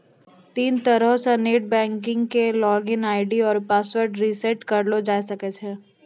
तीन तरहो से नेट बैंकिग के लागिन आई.डी आरु पासवर्ड रिसेट करलो जाय सकै छै